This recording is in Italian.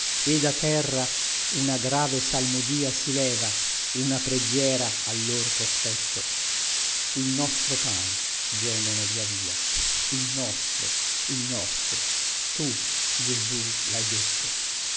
e da terra una grave salmodia si leva una preghiera al lor cospetto il nostro pane gemono via via il nostro il nostro tu gesù lhai detto